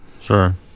Sure